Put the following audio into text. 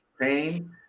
Pain